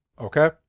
okay